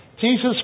Jesus